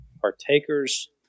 partakers